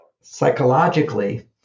psychologically